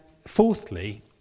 fourthly